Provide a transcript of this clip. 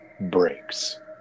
breaks